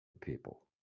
people